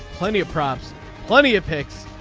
plenty of prompts plenty of pics.